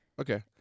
Okay